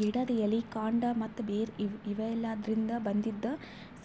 ಗಿಡದ್ ಎಲಿ ಕಾಂಡ ಮತ್ತ್ ಬೇರ್ ಇವೆಲಾದ್ರಿನ್ದ ಬಂದಿದ್